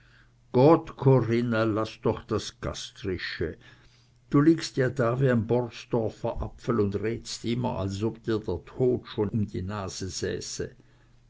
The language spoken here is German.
gott corinna laß doch das gastrische du liegst da wie ein borsdorfer apfel und redst immer als ob dir der tod schon um die nase säße